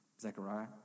Zechariah